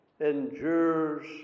endures